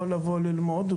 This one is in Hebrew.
יכול לבוא ללמוד.